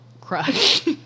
crush